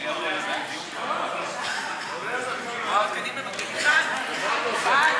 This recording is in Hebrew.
בחיילים משוחררים בודדים), התשע"ז 2016,